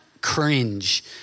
cringe